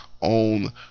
on